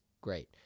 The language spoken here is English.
great